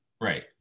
right